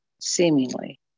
seemingly